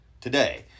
today